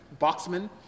Boxman